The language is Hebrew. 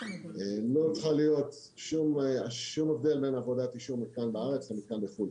לא צריכה להיות שום הבדל בין עבודת אישור מתקן בארץ למתקן בחו"ל.